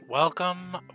Welcome